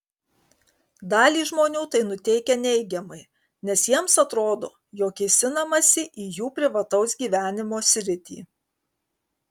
dalį žmonių tai nuteikia neigiamai nes jiems atrodo jog kėsinamasi į jų privataus gyvenimo sritį